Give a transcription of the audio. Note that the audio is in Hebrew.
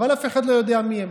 אבל אף אחד לא יודע מי הם.